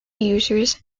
users